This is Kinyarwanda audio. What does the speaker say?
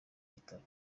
gitabo